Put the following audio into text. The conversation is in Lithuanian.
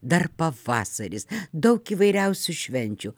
dar pavasaris daug įvairiausių švenčių